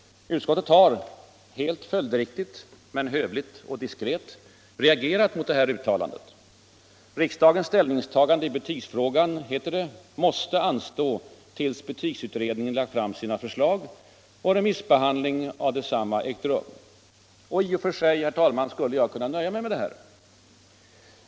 Utskottet har, helt följdriktigt men hövligt och diskret, reagerat mot det här uttalandet. Riksdagens ställningstagande i betygsfrågan, heter det, måste anstå tills betygsutredningen lagt fram sina förslag och riksdagsbehandling av desamma ägt rum. I och för sig, herr talman, skulle jag kunna nöja mig med detta.